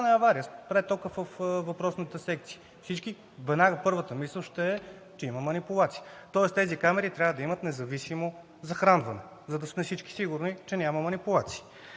авария, спре токът във въпросната секция. На всички веднага първата мисъл ще е, че има манипулация. Тоест тези камери трябва да имат независимо захранване, за да сме сигурни всички, че няма манипулации.